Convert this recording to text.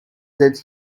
that